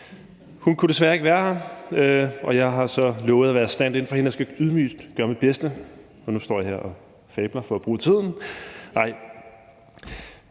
Hun kunne desværre ikke være her, og jeg har så lovet at være standin for hende og skal ydmygt gøre mit bedste, og nu står jeg her og fabler for at bruge tiden.